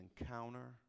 encounter